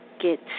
get